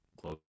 close